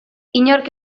inork